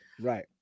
right